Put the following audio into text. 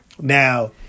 Now